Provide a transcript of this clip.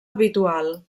habitual